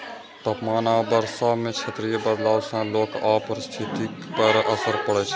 तापमान आ वर्षा मे क्षेत्रीय बदलाव सं लोक आ पारिस्थितिकी पर असर पड़ै छै